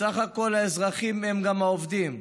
בסך הכול, האזרחים הם גם העובדים.